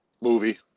movie